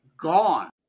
gone